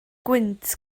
gwynt